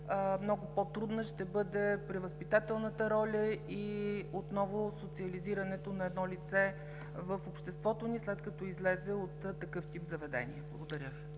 много по-трудна ще бъде превъзпитателната роля и отново социализирането на едно лице в обществото ни, след като излезе от такъв тип заведение. Благодаря Ви.